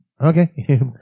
Okay